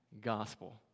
gospel